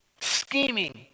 scheming